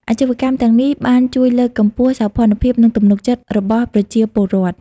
អាជីវកម្មទាំងនេះបានជួយលើកកម្ពស់សោភ័ណភាពនិងទំនុកចិត្តរបស់ប្រជាពលរដ្ឋ។